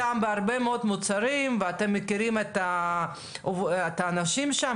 עובדים איתם בהרבה מאוד מוצרים ואתם מכירים את האנשים שם,